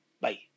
Bye